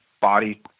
body